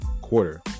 quarter